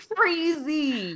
crazy